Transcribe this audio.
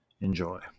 Enjoy